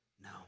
No